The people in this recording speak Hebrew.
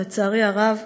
ולצערי הרב